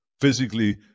Physically